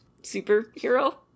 superhero